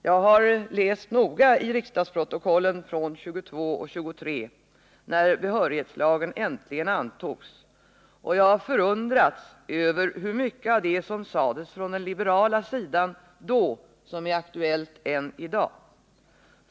Jag har noga läst i riksdagsprotokollen från 1922 och 1923, då behörighetslagen äntligen antogs, och jag har förundrats över hur mycket av det som sades från den liberala sidan då som är aktuellt än i dag.